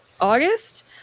August